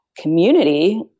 community